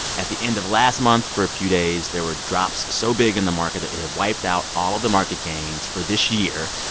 at the end of last month, for a few days, there were drops so big in the market that it had wiped out all of the market gains for this year.